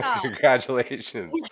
Congratulations